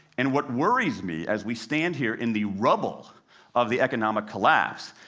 and what worries me, as we stand here in the rubble of the economic collapse,